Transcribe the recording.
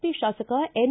P ಶಾಸಕ N